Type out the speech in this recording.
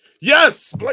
Yes